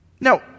Now